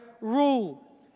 rule